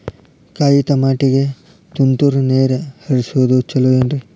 ಕಾಯಿತಮಾಟಿಗ ತುಂತುರ್ ನೇರ್ ಹರಿಸೋದು ಛಲೋ ಏನ್ರಿ?